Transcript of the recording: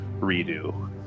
redo